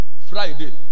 Friday